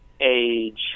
age